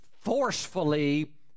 forcefully